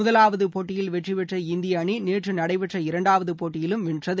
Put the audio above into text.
முதலாவது போட்டியில் வெற்றி பெற்ற இந்திய அணி நேற்று நடைபெற்ற இரண்டாவது போட்டியிலும் வென்றது